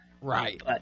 right